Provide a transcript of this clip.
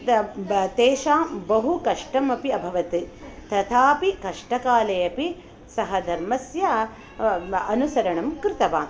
तेषां बहु कष्टमपि अभवत् तथापि कष्टकाले अपि सः धर्मस्य अनुसरणं कृतवान्